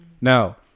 Now